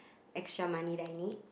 extra money that I need